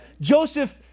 Joseph